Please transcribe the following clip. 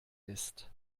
ist